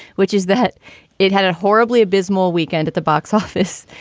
which is that it had a horribly abysmal weekend at the box office.